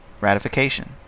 Ratification